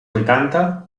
vuitanta